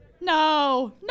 No